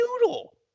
noodle